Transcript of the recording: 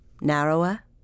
Narrower